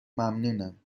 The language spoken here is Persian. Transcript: ممنونم